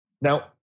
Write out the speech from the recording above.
Now